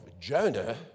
Jonah